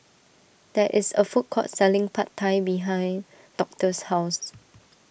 there is a food court selling Pad Thai behind Doctor's house